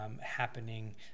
happening